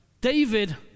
David